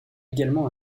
également